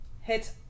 hit